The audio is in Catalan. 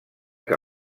que